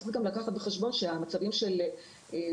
צריך גם לקחת בחשבון שהמצבים של טענות